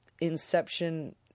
Inception